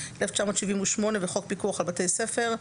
תשל"ח-1978 וחוק פיקוח על בתי ספר,